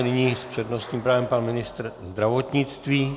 Nyní s přednostním právem pan ministr zdravotnictví.